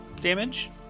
damage